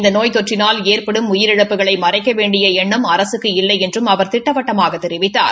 இந்த நோய் தொற்றினால் ஏற்படும் உயிரிழப்புகளை மறைக்க வேண்டிய எண்ணம் அரசுக்கு இல்லை என்றும் அவர் திட்டவட்டமாகத் தெரிவித்தார்